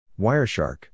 Wireshark